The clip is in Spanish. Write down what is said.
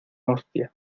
hostia